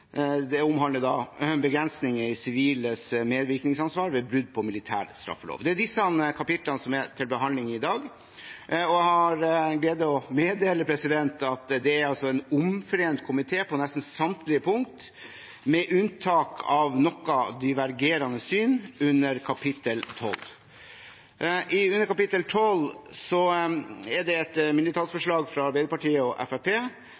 siviles medvirkningsansvar ved brudd på militær straffelov. Det er disse kapitlene som er til behandling i dag. Jeg har den glede å meddele at det er en omforent komitéinnstilling på nesten samtlige punkter, med unntak av noe divergerende syn under kapittel 12. Til kapittel 12 er det et mindretallsforslag fra Arbeiderpartiet og